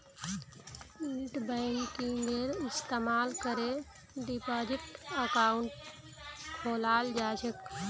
नेटबैंकिंगेर इस्तमाल करे डिपाजिट अकाउंट खोलाल जा छेक